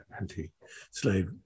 anti-slave